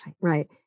Right